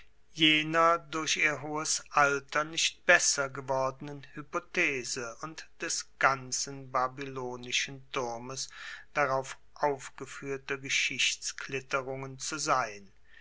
jener durch ihr hohes alter reicht besser gewordenen hypothese und des ganzen babylonischen turmes darauf aufgefuehrter geschichtsklitterungen zu sein